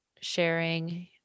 sharing